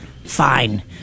Fine